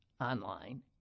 online